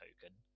token